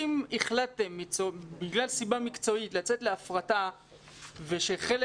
אם החלטתם בגלל סיבה מקצועית לצאת להפרטה ושחלק